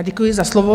Děkuji za slovo.